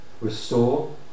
restore